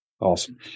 Awesome